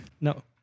No